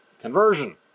Conversion